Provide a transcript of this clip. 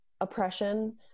oppression